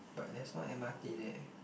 but there's no m_r_t there